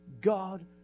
God